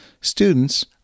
Students